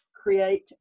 create